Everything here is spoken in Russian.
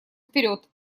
вперед